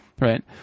right